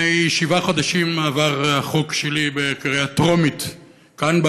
לפני שבעה חודשים עבר החוק שלי בקריאה טרומית כאן,